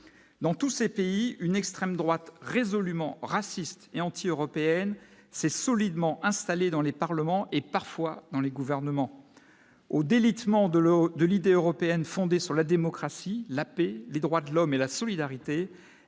dans tous ces pays, une extrême droite résolument racistes et anti-européenne s'est solidement installé dans les parlements et parfois dans les gouvernements au délitement de l'eau, de l'idée européenne fondée sur la démocratie, la paix, les droits de l'homme et la solidarité,